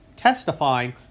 testifying